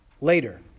later